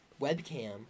webcam